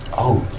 oh,